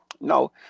no